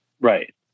right